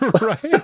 Right